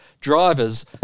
drivers